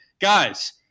guys